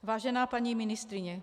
Vážená paní ministryně.